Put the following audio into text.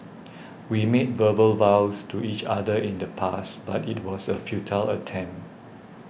we made verbal vows to each other in the past but it was a futile attempt